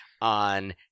on